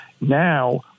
now